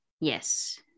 yes